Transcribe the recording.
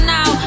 Now